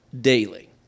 daily